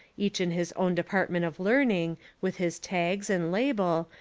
each in his own department of learning, with his tags, and label,